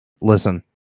listen